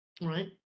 right